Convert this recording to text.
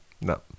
No